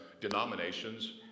denominations